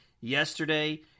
yesterday